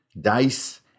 Dice